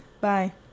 bye